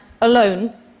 alone